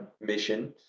mission